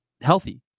healthy